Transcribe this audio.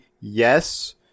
Yes